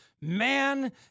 man